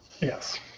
Yes